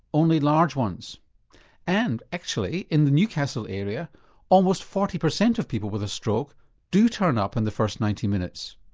only large ones and actually in the newcastle area almost forty percent of people with a stroke do turn up in the first ninety minutes.